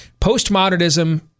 Postmodernism